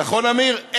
נכון אמיר?